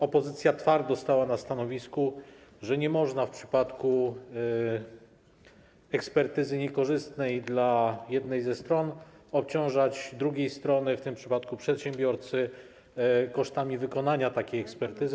Opozycja twardo stała na stanowisku, że nie można w przypadku ekspertyzy niekorzystnej dla jednej ze stron obciążać drugiej strony, w tym przypadku przedsiębiorcy, kosztami wykonania takiej ekspertyzy.